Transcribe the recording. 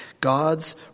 God's